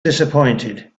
disappointed